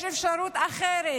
יש אפשרות אחרת